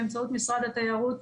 באמצעות משרד התיירות,